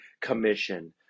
commission